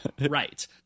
Right